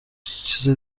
چیز